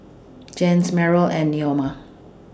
Jens Meryl and Neoma